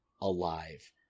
alive